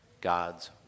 God's